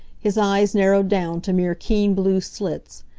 his eyes narrowed down to mere keen blue slits.